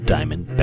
Diamond